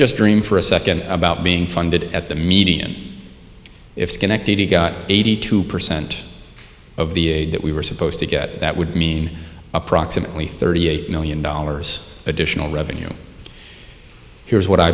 just dream for a second about being funded at the median if schenectady got eighty two percent of the aid that we were supposed to get that would mean approximately thirty eight million dollars additional revenue here's what i